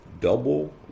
double